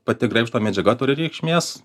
pati graibšto medžiaga turi reikšmės